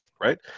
Right